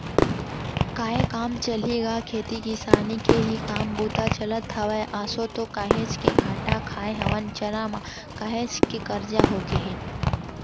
काय काम चलही गा खेती किसानी के ही काम बूता चलत हवय, आसो तो काहेच के घाटा खाय हवन चना म, काहेच के करजा होगे हे